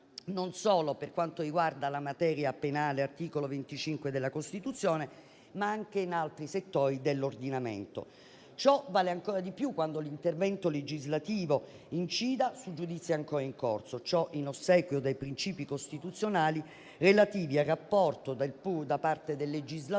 non solo per quanto riguarda la materia penale (articolo 25 della Costituzione), ma anche in altri settori dell'ordinamento. Ciò vale ancora di più quando l'intervento legislativo incide su giudizi ancora in corso, in ossequio dei princìpi costituzionali relativi al rapporto tra il legislatore